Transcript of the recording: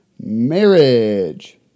marriage